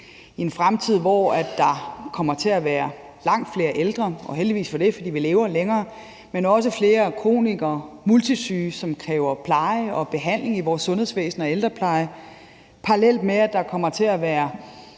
i, en fremtid, hvor der kommer til at være langt flere ældre – og heldigvis for det, for vi lever længere – men også flere kronikere og multisyge, som kræver pleje og behandling i vores sundhedsvæsen og ældrepleje, parallelt med at der kommer til at være